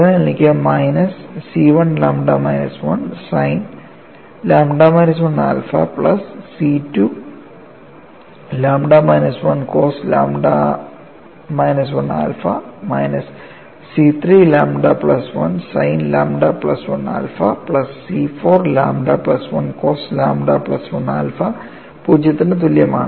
അതിനാൽ എനിക്ക് minus C1 lambda minus 1 sine lambda minus 1 alpha plus C2 lambda minus 1 cos lambda minus 1 alpha minus C3 lambda plus 1 sine lambda plus 1 alpha plus C4 lambda plus 1 cos lambda plus 1 alpha പൂജ്യത്തിന് തുല്യമാണ്